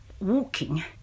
walking